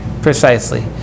Precisely